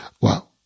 Wow